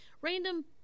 Random